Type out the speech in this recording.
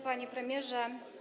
Panie Premierze!